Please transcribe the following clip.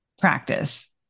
practice